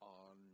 on